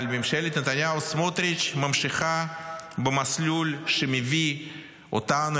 אבל ממשלת נתניהו-סמוטריץ' ממשיכה במסלול שמביא אותנו,